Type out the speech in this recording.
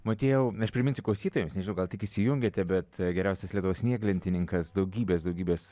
motiejau aš priminsiu klausytojams gal tik įsijungėte bet geriausias lietuvos snieglentininkas daugybės daugybės